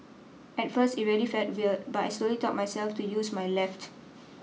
at first it really felt weird but I slowly taught myself to use my left